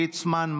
יעקב ליצמן,